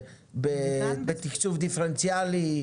בתקצוב דיפרנציאלי?